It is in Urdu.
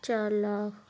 چار لاکھ